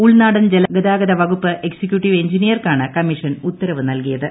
ഉൾനാടൻ ജലഗതാഗത വകുപ്പ് എക്സിക്യൂട്ടീവ് എഞ്ചിനീയർക്കാണ് കമ്മീഷൻ ഉത്തരവ് നൽകിയത്